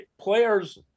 players